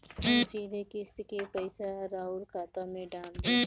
हम सीधे किस्त के पइसा राउर खाता में डाल देम?